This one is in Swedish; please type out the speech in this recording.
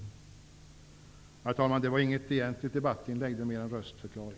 Herr talman! Detta var inte något egentligt debattinlägg, utan mer en röstförklaring.